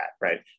right